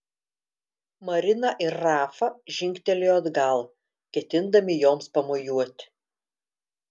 marina ir rafa žingtelėjo atgal ketindami joms pamojuoti